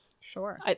Sure